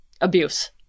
abuse